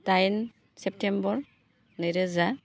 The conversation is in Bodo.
दाइन सेप्तेम्बर नैरोजा